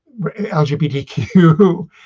LGBTQ